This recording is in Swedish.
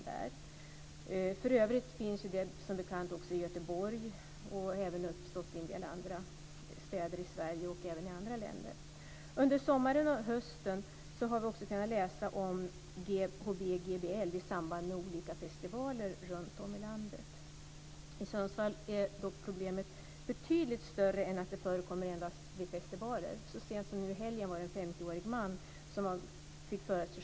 Detta finns för övrigt som bekant också i Göteborg liksom i andra städer i Sverige och i andra länder. Vi har också under sommaren och hösten kunnat läsa om I Sundsvall begränsar sig problemet inte enbart till festivaler utan är betydligt större.